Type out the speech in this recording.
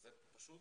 זה פשוט